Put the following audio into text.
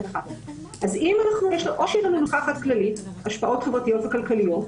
אז או שיש --- חקלאית השפעות חברתיות וכלכליות,